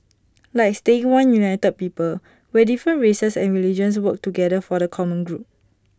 like staying one united people where different races and religions work together for the common good